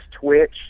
Twitch